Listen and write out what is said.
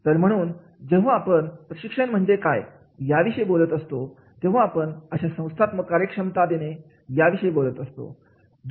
तर म्हणून जेव्हा आपण प्रशिक्षण म्हणजे काय याविषयी बोलत असतो तेव्हा आपण अशा संस्थात्मक कार्यक्षमता देणे याविषयी बोलत असतो